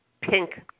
pink